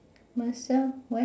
myself why